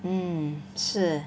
mm 是